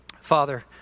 Father